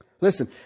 Listen